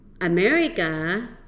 America